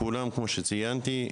כפי שציינתי,